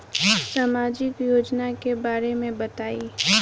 सामाजिक योजना के बारे में बताईं?